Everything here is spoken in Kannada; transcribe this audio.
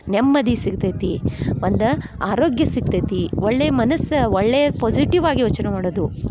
ನೆಮ್ಮದಿ ಸಿಗ್ತೈತಿ ಒಂದು ಆರೋಗ್ಯ ಸಿಗ್ತೈತಿ ಒಳ್ಳೆಯ ಮನಸ್ಸು ಒಳ್ಳೆಯ ಪೊಝಿಟಿವ್ ಆಗಿ ಯೋಚನೆ ಮಾಡೋದು